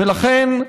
ולכן,